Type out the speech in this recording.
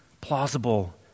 plausible